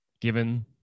Given